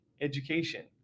education